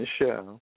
Michelle